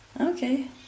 okay